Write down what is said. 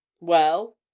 Well